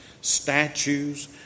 Statues